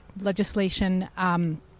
legislation